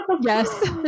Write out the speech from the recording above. Yes